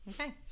Okay